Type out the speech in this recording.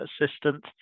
assistant